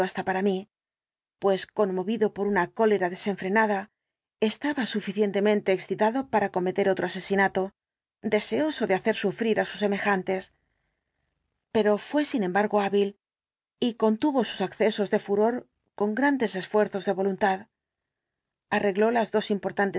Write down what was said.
para mí pues conmovido por una cólera desenfrenada estaba suficientemente excitado para cometer otro asesinato deseoso de hacer sufrir á sus semejantes pero fué sin embargo hábil y contuvo sus accesos de furor con grandes esfuerzos de voluntad arregló las dos